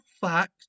fact